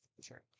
Sure